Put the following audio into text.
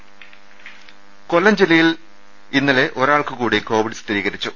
ദേദ കൊല്ലം ജില്ലയിൽ ഇന്ന് ഒരാൾക്ക് കൂടി കോവിഡ് സ്ഥിരീകരിച്ചു